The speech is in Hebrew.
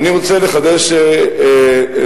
אני רוצה לחדש לך,